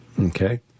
Okay